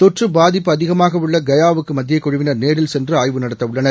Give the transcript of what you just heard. தொற்றுபாதிப்புஅதிகமாகஉள்ளகயாவுக்குமத்தியக்குழு வினர்நேரில்சென்றுஆய்வுநடத்தவுள்ளனர்